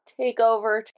takeover